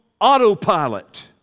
autopilot